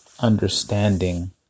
understanding